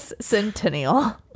Centennial